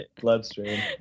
bloodstream